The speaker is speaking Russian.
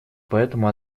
поэтому